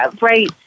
right